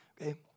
okay